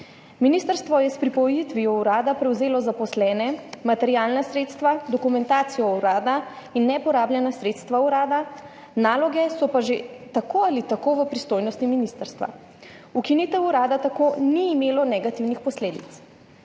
Ministrstvo je s pripojitvijo urada prevzelo zaposlene, materialna sredstva, dokumentacijo urada in neporabljena sredstva urada, naloge so pa že tako ali tako v pristojnosti ministrstva. Ukinitev urada tako ni imela negativnih posledic.